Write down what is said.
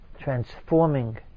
transforming